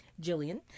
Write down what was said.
Jillian